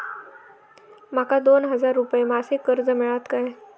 माका दोन हजार रुपये मासिक कर्ज मिळात काय?